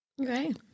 Okay